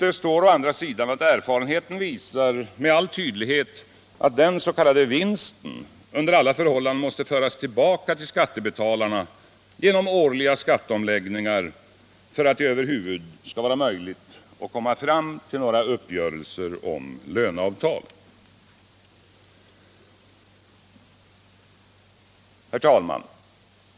Erfarenheten visar emellertid med all tydlighet att den ”vinsten” under alla förhållanden måste föras tillbaka till skattebetalarna genom årliga skatteomläggningar för att det över huvud taget skall vara möjligt att komma fram till några uppgörelser om löneavtal. Herr talman!